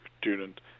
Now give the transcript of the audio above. student